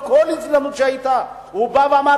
בכל הזדמנות שהיתה הוא בא ואמר,